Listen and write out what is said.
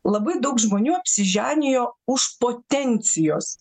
labai daug žmonių apsiženijo už potencijos